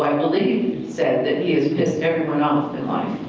i believe he said that he has pissed everyone off in life.